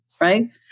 Right